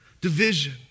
Division